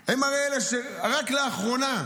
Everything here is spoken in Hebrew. רק לאחרונה,